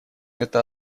это